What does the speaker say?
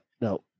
No